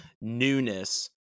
newness